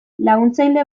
laguntzaile